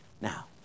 now